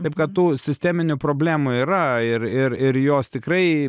taip kad tų sisteminių problemų yra ir ir ir jos tikrai